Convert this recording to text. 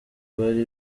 bari